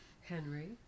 Henry